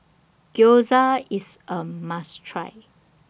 Gyoza IS A must Try